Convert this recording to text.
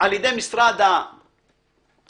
על ידי משרד התקשורת,